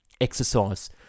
exercise